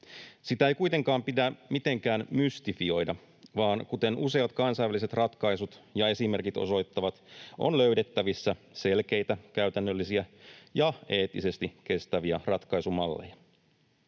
Sitä ei kuitenkaan pidä mitenkään mystifioida, vaan kuten useat kansainväliset ratkaisut ja esimerkit osoittavat, on löydettävissä selkeitä, käytännöllisiä ja eettisesti kestäviä ratkaisumalleja.